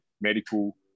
medical